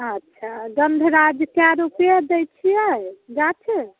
अच्छा गंधराज कै रूपे दय छियै गाछ